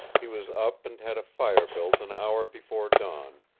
he was up and had a fire built an hour before dawn,